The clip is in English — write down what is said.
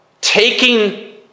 taking